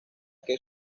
que